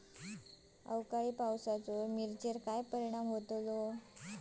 अवकाळी पावसाचे मिरचेर काय परिणाम होता?